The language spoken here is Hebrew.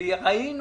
ראינו